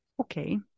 Okay